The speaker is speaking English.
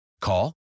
Call